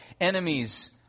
enemies